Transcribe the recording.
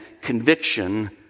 conviction